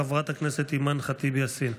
חברת הכנסת אימאן ח'טיב יאסין.